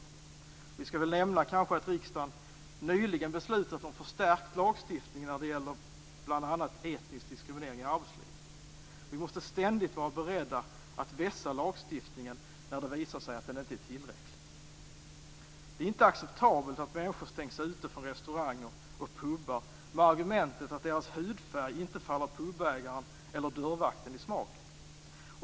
Vi skall väl kanske nämna att riksdagen nyligen har beslutat om förstärkt lagstiftning när det gäller bl.a. etnisk diskriminering i arbetslivet. Vi måste ständigt vara beredda att vässa lagstiftningen när det visar sig att den inte är tillräcklig. Det är inte acceptabelt att människor stängs ute från restauranger och pubar med argumentet att deras hudfärg inte faller pubägaren eller dörrvakten i smaken.